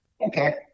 Okay